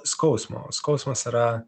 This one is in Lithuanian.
skausmo skausmas yra